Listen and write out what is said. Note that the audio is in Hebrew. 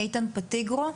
איתן פטיגרו,